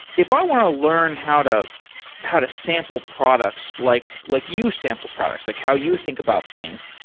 if i want to learn how to how to sample products like like you sample products, like how you think about things,